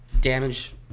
damage